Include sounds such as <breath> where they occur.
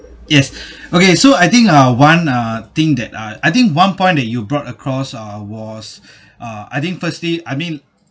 yes <breath> okay so I think uh one uh thing that uh I think one point that you brought across uh was <breath> uh I think firstly I mean